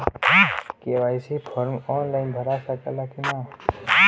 KYC form online भरा सकला की ना?